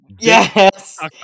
Yes